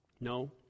No